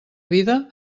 vida